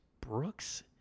Brooks